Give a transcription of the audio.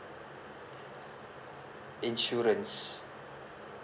insurance